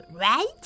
right